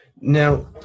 Now